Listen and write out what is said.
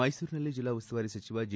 ಮೈಸೂರಿನಲ್ಲಿ ಜಿಲ್ಲಾ ಉಸ್ತುವಾರಿ ಸಚಿವ ಜಿ